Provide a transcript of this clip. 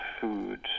food